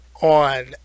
on